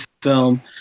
film